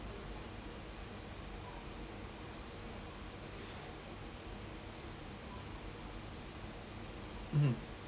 mmhmm